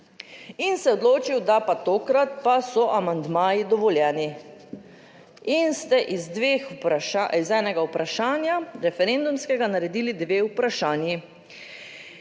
in se je odločil, da pa tokrat pa so amandmaji dovoljeni in ste iz dveh vprašanj, iz enega vprašanja referendumskega naredili dve vprašanji.